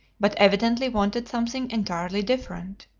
but evidently wanted something entirely different.